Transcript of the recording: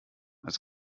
als